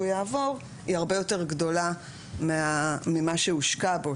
יעבור היא הרבה יותר גדולה ממה שהושקע בו,